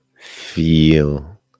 feel